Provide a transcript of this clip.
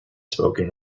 spoken